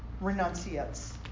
renunciates